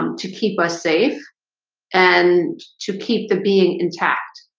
um to keep us safe and to keep the being in tact